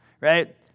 Right